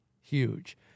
Huge